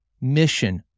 mission